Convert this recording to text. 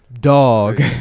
Dog